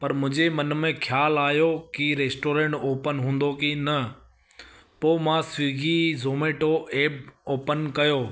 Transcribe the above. पर मुंहिंजे मन में ख़्याल आयो की रेस्टोरेंट ओपन हूंदो की न पोइ मां स्विगी ज़ोमैटो एप ओपन कयो